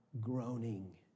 groaning